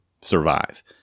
survive